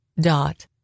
dot